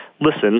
listen